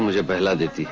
your beloved is